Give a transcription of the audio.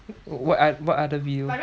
what what other video